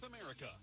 America